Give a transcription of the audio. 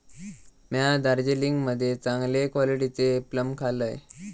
म्या दार्जिलिंग मध्ये चांगले क्वालिटीचे प्लम खाल्लंय